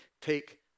take